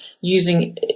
using